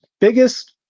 biggest